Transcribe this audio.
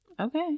Okay